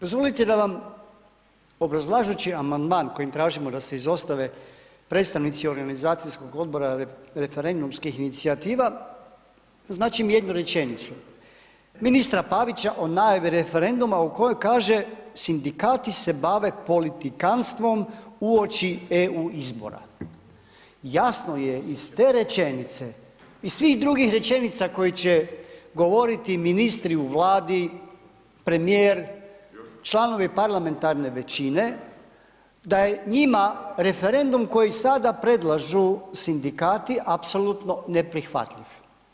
Dozvolite da vam obrazlažući amandman kojim tražimo da se izostave predstavnici organizacijskog Odbora referendumskih inicijativa, označim jednu rečenicu ministra Pavića o najavi referenduma u kojoj kaže: “Sindikati se bave politikantstvom uoči EU izbora.“ Jasno je iz te rečenice, iz svih drugih rečenica koji će govoriti ministri u Vladi, premijer, članovi parlamentarne većine, da je njima referendum koji sada predlažu Sindikati, apsolutno neprihvatljiv.